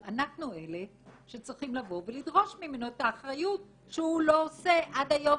אלה שצריכים לבוא ולדרוש ממנו את האחריות שהוא לא עושה עד היום,